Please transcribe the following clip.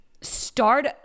start